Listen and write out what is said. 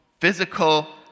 physical